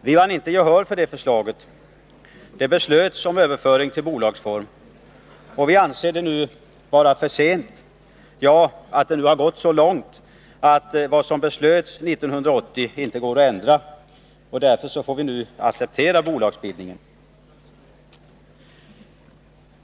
Vi vann inte gehör för det förslaget, utan riksdagen beslöt om överföring till bolagsform. Vi anser att det nu har gått så lång tid att det inte går att ändra vad som beslöts 1980. Därför får vi acceptera bolagsbildningen.